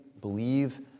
believe